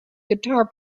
guitar